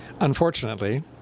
Unfortunately